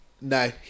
No